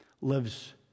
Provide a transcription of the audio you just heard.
lives